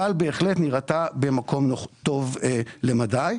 כאל בהחלט נראתה במקום טוב למדי.